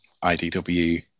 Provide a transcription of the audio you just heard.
idw